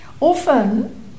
Often